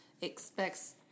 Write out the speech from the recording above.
expects